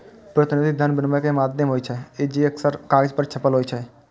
प्रतिनिधि धन विनिमय के माध्यम होइ छै, जे अक्सर कागज पर छपल होइ छै